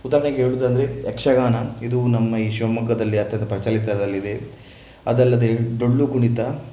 ಉದಾಹರಣೆಗೆ ಹೇಳುವುದಂದ್ರೆ ಯಕ್ಷಗಾನ ಇದು ನಮ್ಮ ಈ ಶಿವಮೊಗ್ಗದಲ್ಲಿ ಅತ್ಯಂತ ಪ್ರಚಲಿತದಲ್ಲಿದೆ ಅದಲ್ಲದೆ ಡೊಳ್ಳು ಕುಣಿತ